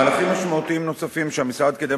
מהלכים משמעותיים נוספים שהמשרד קידם